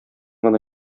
гына